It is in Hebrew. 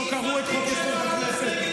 לא קראו את חוק-יסוד: הכנסת,